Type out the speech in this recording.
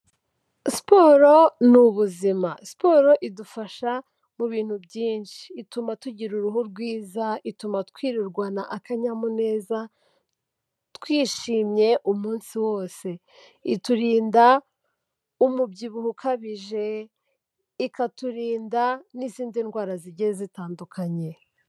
Siporo ni ubuzima. Siporo idufasha mu bintu byinshi. Ituma tugira uruhu rwiza, ituma twirirwana akanyamuneza twishimye umunsi wose. Iturinda umubyibuho ukabije, ikaturinda n'izindi ndwara zigiye zitandukanye.